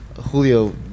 Julio